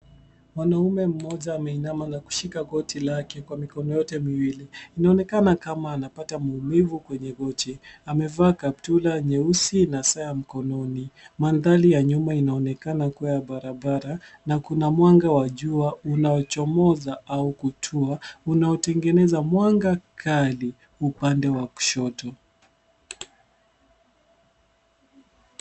Mwanaume mmoja ameinama na kushika goti lake kwa mikono yote miwili. Inaonekana kama anapata maumivu kwenye goti. Amevaa kaptura nyeusi na saa kononi. Mandhari ya nyuma inaonekana kuwa barabara na kuna mwanga wa jua unaochomoza au kutua unaotengeneza mwanga kali upande wa kushoto.